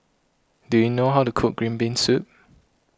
do you know how to cook Green Bean Soup